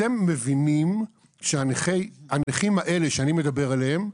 אתם מבינים שהנכים האלה שאני מדבר עליהם,